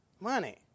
money